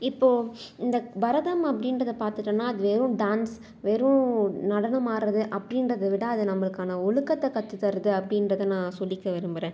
இப்போது இந்த பரதம் அப்படின்றத பார்த்துட்டோன்னா அது வெறும் டான்ஸ் வெறும் நடனம் ஆடுறது அப்படின்றத விட அது நம்மளுக்கான ஒழுக்கத்தக் கற்றுத் தருது அப்படின்றத நான் சொல்லிக்க விரும்புகிறேன்